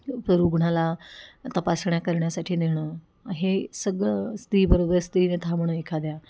रुग्णाला तपासण्या करण्यासाठी नेणं हे सगळं स्त्री बरोबर स्त्रीने थांबणं एखाद्या